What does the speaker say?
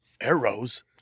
arrows